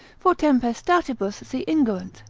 for tempestatibus se ingerunt,